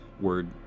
word